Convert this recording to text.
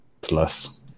plus